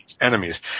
enemies